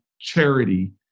charity